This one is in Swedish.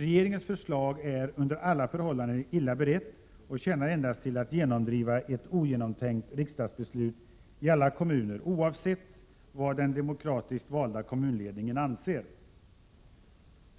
Regeringens förslag är under alla förhållanden illa berett och tjänar endast till att genomdriva ett ogenomtänkt riksdagsbeslut i alla kommuner, oavsett vad den demokratiskt valda kommunledningen anser.